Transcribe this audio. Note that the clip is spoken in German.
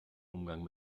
umgang